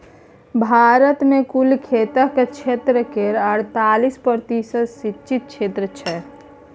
भारत मे कुल खेतक क्षेत्र केर अड़तालीस प्रतिशत सिंचित क्षेत्र छै